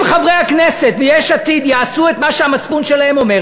אם חברי הכנסת מיש עתיד יעשו את מה שהמצפון שלהם אומר,